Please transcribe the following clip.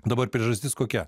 dabar priežastis kokia